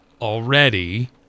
already